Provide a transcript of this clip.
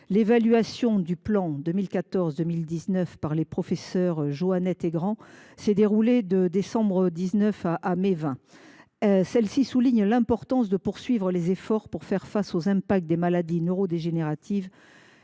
L’évaluation du plan 2014 2019 par les professeurs Joanette et Grand s’est déroulée de décembre 2019 à mai 2020. Ses auteurs recommandent de poursuivre nos efforts pour faire face aux impacts des maladies neurodégénératives,